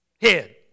head